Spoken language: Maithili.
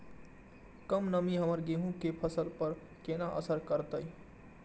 कम नमी हमर गेहूँ के फसल पर केना असर करतय?